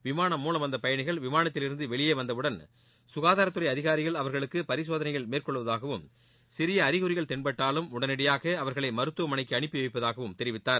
விமானம் மூலம் வந்த பயணிகள் விமானத்தில் இருந்து வெளியே வந்தவுடன் ககாதாரத் துறை அதிகாரிகள் அவர்களுக்கு பரிசோதனைகள் மேற்கொள்வதாகவும் சிறிய அறிகுறிகள் தென்பட்டாலும் உடனடியாக அவர்களை மருத்துவமனைக்கு அனுப்பி வைப்பதாகவும் தெரிவித்தார்